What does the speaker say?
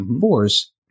force